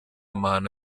mahano